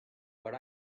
but